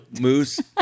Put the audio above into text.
Moose